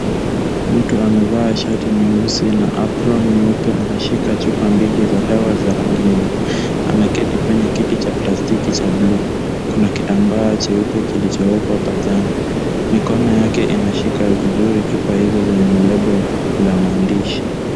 Mtu amevaa shati nyeusi na apron nyeupe anashika chupa mbili za dawa za rangi nyeupe. Ameketi kwenye kiti cha plastiki cha bluu. Kuna kitambaa cheupe kilichowekwa pajani. Mikono yake inashika vizuri chupa hizo zenye lebo za maandishi.